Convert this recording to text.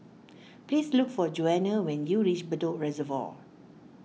please look for Johnna when you reach Bedok Reservoir